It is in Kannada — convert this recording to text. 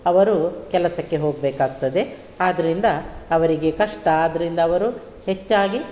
ಅವರು ಕೆಲಸಕ್ಕೆ ಹೋಗಬೇಕಾಗ್ತದೆ ಆದ್ದರಿಂದ ಅವರಿಗೆ ಕಷ್ಟ ಆದ್ದರಿಂದ ಅವರು ಹೆಚ್ಚಾಗಿ